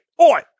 oi